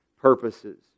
purposes